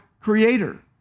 creator